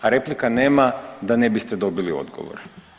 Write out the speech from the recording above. A replika nema da ne biste dobili odgovor.